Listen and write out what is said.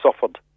suffered